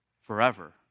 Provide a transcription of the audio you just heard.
forever